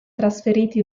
trasferiti